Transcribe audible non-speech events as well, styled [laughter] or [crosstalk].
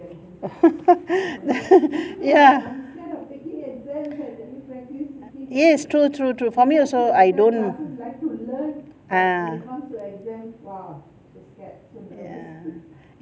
[laughs] ya yes true true true for me also I don't ah ya